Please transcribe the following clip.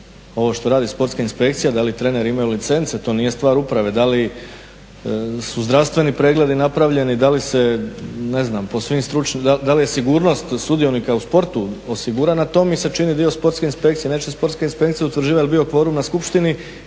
ovo što radi sportska inspekcija, da li treneri imaju licence, to nije stvar uprave, da li su zdravstveni pregledi napravljeni, da li je sigurnost sudionika u sportu osigurana, to mi se čini dio sportske inspekcije. Neće sportska inspekcija utvrđivati jel bio kvorum na skupštini